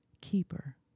keeper